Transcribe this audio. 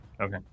Okay